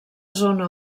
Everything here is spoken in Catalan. zona